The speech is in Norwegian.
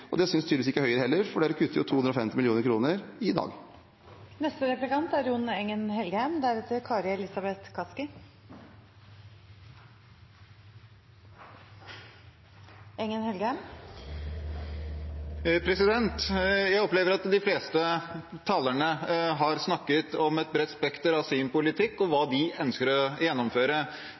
Det synes tydeligvis ikke Høyre heller, for de kutter 250 mill. kr i dag. Jeg opplever at de fleste talerne har snakket om et bredt spekter av sin politikk, om hva de ønsker å gjennomføre,